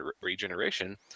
Regeneration